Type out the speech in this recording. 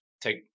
take